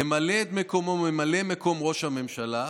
ימלא את מקומו ממלא מקום ראש הממשלה,